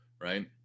right